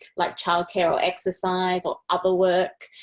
like childcare or exercise? or other work?